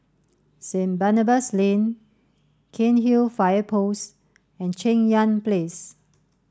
Saint Barnabas Lane Cairnhill Fire Post and Cheng Yan Place